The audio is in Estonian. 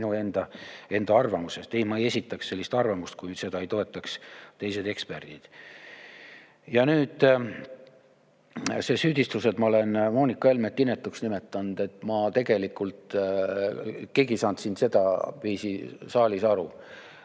enda arvamusest. Ei, ma ei esitaks sellist arvamust, kui seda ei toetaks teised eksperdid. Ja nüüd see süüdistus, et ma olen Moonika Helmet inetuks nimetanud. Tegelikult keegi ei saanud siin saalis sedaviisi aru.